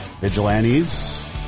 Vigilantes